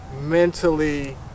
mentally